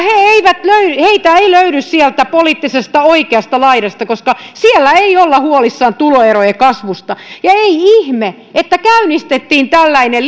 heitä ei löydy sieltä poliittisesta oikeasta laidasta koska siellä ei olla huolissaan tuloerojen kasvusta ja ei ihme että käynnistettiin tällainen